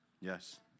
Yes